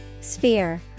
Sphere